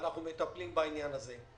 ואנחנו מטפלים בעניין הזה.